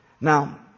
Now